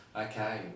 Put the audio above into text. Okay